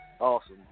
Awesome